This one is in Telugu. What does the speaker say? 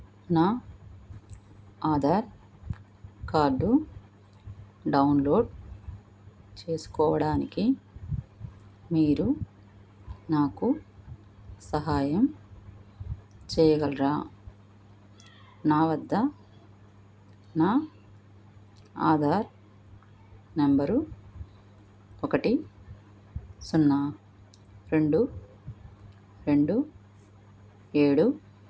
నా ఆధార్ కార్డు డౌన్లోడ్ చేసుకోవడానికి మీరు నాకు సహాయం చేయగలరా నా వద్ద నా ఆధార్ నెంబరు ఒకటి సున్నా రెండు రెండు ఏడు